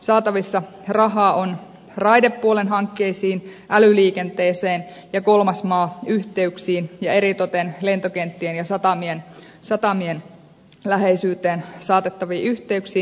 saatavissa rahaa on raidepuolen hankkeisiin älyliikenteeseen kolmas maa yhteyksiin ja eritoten lentokenttien ja satamien läheisyyteen saatettaviin yhteyksiin